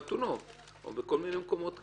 חתונות או בכל מיני מקומות כאלה.